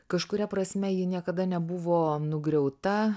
kažkuria prasme ji niekada nebuvo nugriauta